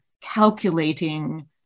calculating